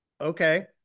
okay